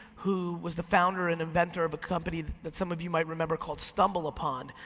who was the founder and inventor of a company that some of you might remember called stumbleupon,